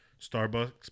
Starbucks